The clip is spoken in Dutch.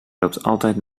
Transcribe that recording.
altijd